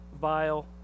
vile